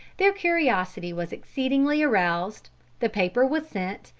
their curiosity was exceedingly aroused the paper was sent,